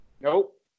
Nope